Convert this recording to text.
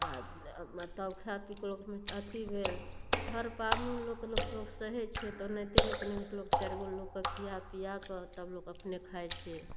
आओर तब खा पी कऽ लोक अथी भेल हर पाबनिमे लोकके लोक सहै छै तऽ एनाहिते लोक चारि गो लोकके खिया पिया कऽ तब लोक अपने खाइ छै